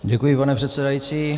Děkuji, pane předsedající.